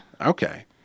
Okay